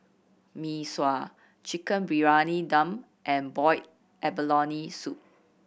Mee Sua Chicken Briyani Dum and boiled abalone soup